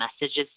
messages